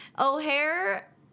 O'Hare